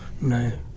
No